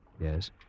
Yes